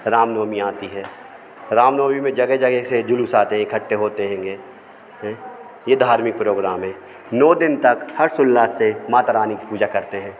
रामनवमी आती है रामनवमी में जगह जगह से जुलूस आते है इखट्ठे होते हेंगे यह धार्मिक प्रोग्राम है नौ दिन तक हर्षोउल्लास से माता रानी की पूजा करते हैं